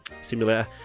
simulator